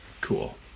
Cool